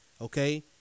okay